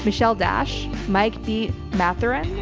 michelle dash, mike beat matheran,